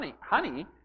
honey